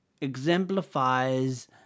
exemplifies